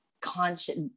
conscious